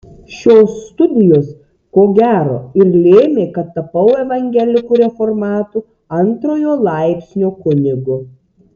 šios studijos ko gero ir lėmė kad tapau evangelikų reformatų antrojo laipsnio kunigu